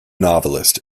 novelist